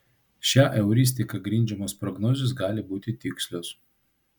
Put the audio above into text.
šia euristika grindžiamos prognozės gali būti tikslios